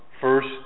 first